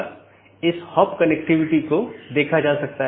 तो autonomous system या तो मल्टी होम AS या पारगमन AS हो सकता है